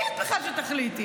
מי את בכלל שתחליטי?